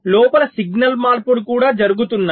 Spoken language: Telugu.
లోపల సిగ్నల్ మార్పులు కూడా జరుగుతున్నాయి